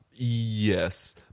Yes